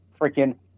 freaking